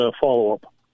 follow-up